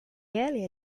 earlier